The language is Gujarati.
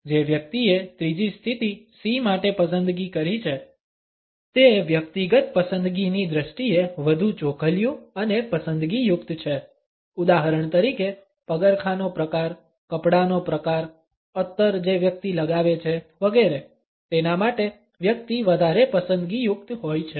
જે વ્યક્તિએ ત્રીજી સ્થિતિ C માટે પસંદગી કરી છે તે વ્યક્તિગત પસંદગીની દ્રષ્ટિએ વધુ ચોખલિયું અને પસંદગીયુક્ત છે ઉદાહરણ તરીકે પગરખાંનો પ્રકાર કપડાંનો પ્રકાર અત્તર જે વ્યક્તિ લગાવે છે વગેરે તેના માટે વ્યક્તિ વધારે પસંદગીયુક્ત હોય છે